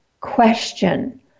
question